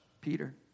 peter